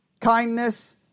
kindness